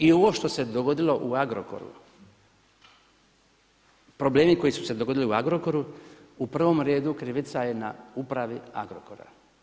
I ovo što se dogodilo u Agrokoru, problemi koji su se dogodili u Agrokoru u prvom redu krivica je na upravi Agrokora.